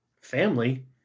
family